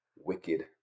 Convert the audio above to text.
wicked